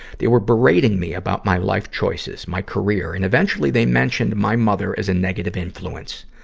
they were berating me about my life choices, my career, and eventually they mentioned my mother as a negative influence.